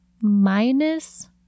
minus